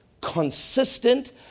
consistent